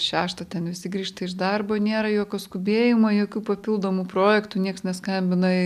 šeštą ten visi grįžta iš darbo nėra jokio skubėjimo jokių papildomų projektų nieks neskambinai